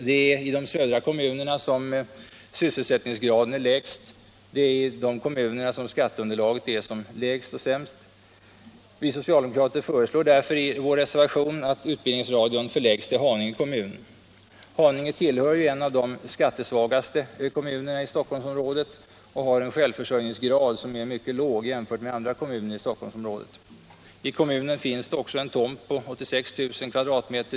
Det är i de södra kommunerna som sysselsättningsgraden är lägst. Det är i de kommunerna som skatteunderlaget är sämst. Vi socialdemokrater föreslår därför i vår reservation att utbildningsradion förläggs till Haninge kommun. Haninge tillhör de skattesvagaste kommunerna i Stockholmsområdet och har en självförsörjningsgrad som är mycket låg jämfört med andra kommuner i Stockholmsområdet. I kommunen finns också en tomt på 86 000 m?